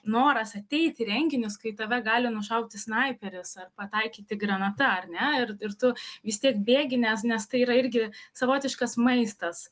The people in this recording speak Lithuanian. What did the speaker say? noras ateiti į renginius kai tave gali nušauti snaiperis ar pataikyti granata ar ne ir ir tu vis tiek bėgi nes nes tai yra irgi savotiškas maistas